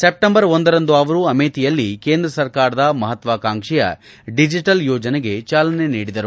September ಒಂದರಂದು ಅವರು ಅಮೇಥಿಯಲ್ಲಿ ಕೇಂದ್ರ ಸರ್ಕಾರದ ಮಹತ್ವಾಕಾಂಕ್ಷೆಯ ಡಿಜಿಟಲ್ ಯೋಜನೆಗೆ ಚಾಲನೆ ನೀಡಿದರು